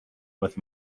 with